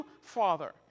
Father